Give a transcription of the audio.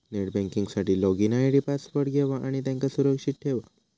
net banking साठी login ID आणि password घेवा आणि त्यांका सुरक्षित ठेवा